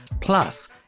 Plus